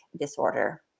disorder